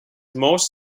most